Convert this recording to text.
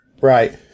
Right